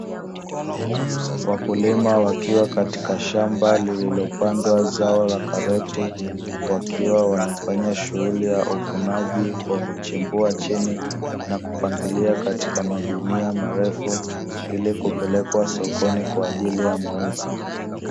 Wakulima wakiwa katika shamba lililopandwa zao la karoti wakiwa wanafanya shughuli ya uvunaji kwa kuchimbua chini na kupangilia katika magunia marefu, ili kupelekwa sokoni kwa ajili ya mauzo.